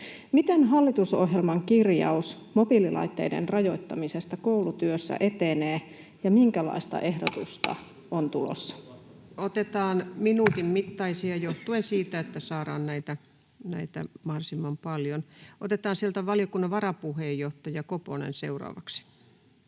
Miten hallitusohjelman kirjaus mobiililaitteiden rajoittamisesta koulutyössä etenee, ja minkälaista ehdotusta on tulossa? Otetaan minuutin mittaisia johtuen siitä, että saadaan näitä mahdollisimman paljon. — Otetaan sieltä valiokunnan varapuheenjohtaja Koponen seuraavaksi.